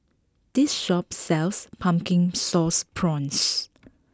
this shop sells Pumpkin Sauce Prawns